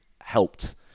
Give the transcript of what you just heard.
helped